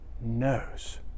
knows